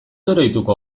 oroituko